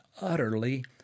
utterly